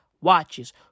watches